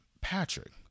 patrick